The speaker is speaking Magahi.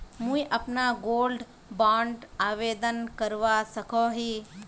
मुई अपना गोल्ड बॉन्ड आवेदन करवा सकोहो ही?